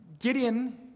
Gideon